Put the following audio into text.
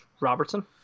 Robertson